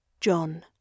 John